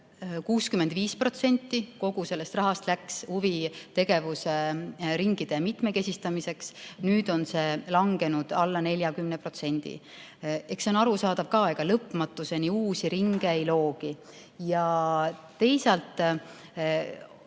65% kogu rahast huvitegevuse ringide mitmekesistamiseks, nüüd on see langenud alla 40%. Eks see on arusaadav ka, ega lõpmatuseni uusi ringe ei asutagi. Teisalt on